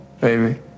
Baby